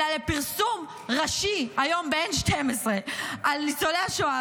אלא לפרסום ראשי היום ב-N12 על ניצולי השואה,